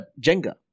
Jenga